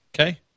Okay